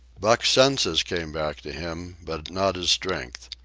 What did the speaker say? buck's senses came back to him, but not his strength.